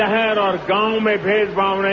शहर और गांव में भेदभाव नहीं